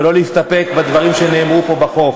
ולא להסתפק בדברים שנאמרו בחוק.